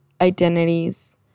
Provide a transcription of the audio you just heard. identities